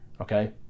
Okay